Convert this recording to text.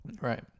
Right